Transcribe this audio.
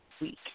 week